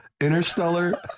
Interstellar